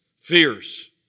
fierce